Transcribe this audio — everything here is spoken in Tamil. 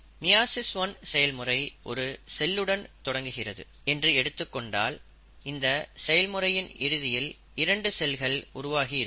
மியாசிஸ் 1 செயல்முறை ஒரு செல்லுடன் தொடங்குகிறது என்று எடுத்துக் கொண்டால் இந்த செயல்முறையின் இறுதியில் இரண்டு செல்கள் உருவாகி இருக்கும்